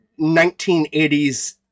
1980s